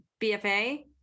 bfa